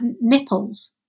nipples